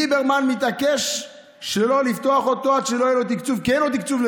ליברמן מתעקש שלא לפתוח אותו עד שלא יהיה לו תקציב,